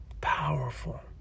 powerful